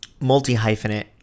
Multi-hyphenate